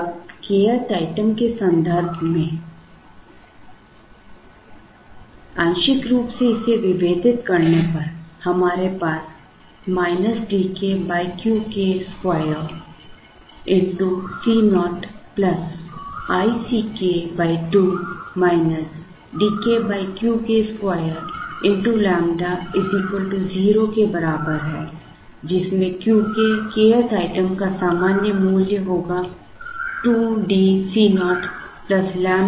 अब kth item के संबंध में आंशिक रूप से इसे विभेदित करने पर हमारे पास D k Q k वर्ग Co i C k 2 D k Q k squarex lambda 0 के बराबर है जिसमें Q k kth आइटम का सामान्य मूल्य होगा 2DCo ƛ i C k